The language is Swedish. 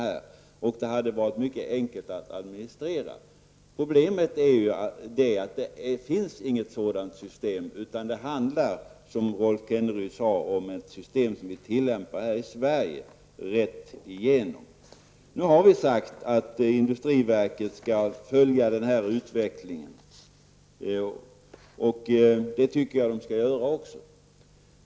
Det hade också varit mycket enkelt att administrera. Problemet är att det inte finns något sådant system, utan det handlar om ett system som vi tillämpar rätt igenom här i Sverige. Nu har vi sagt att industriverket skall följa utvecklingen, och det tycker jag att man skall göra också.